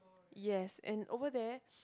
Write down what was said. yes and over there